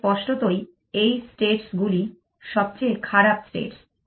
তাই স্পষ্টতই এই স্টেটস গুলি সবচেয়ে খারাপ স্টেটস